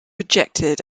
rejected